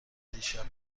دیشب